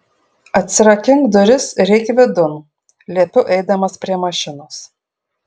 atsirakink duris ir eik vidun liepiu eidamas prie mašinos